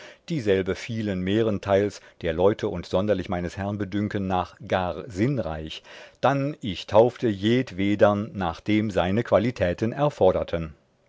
dieselbe fielen mehrenteils der leute und sonderlich meines herrn bedünken nach gar sinnreich dann ich taufte jedwedern nachdem seine qualitäten erfoderten